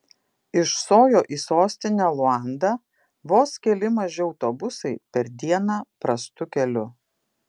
iš sojo į sostinę luandą vos keli maži autobusai per dieną prastu keliu